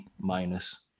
minus